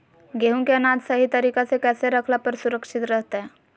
गेहूं के अनाज सही तरीका से कैसे रखला पर सुरक्षित रहतय?